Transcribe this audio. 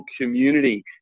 community